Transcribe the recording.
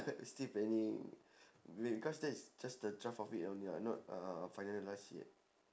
still planning because that's just the draft of it only [what] not uh finalise yet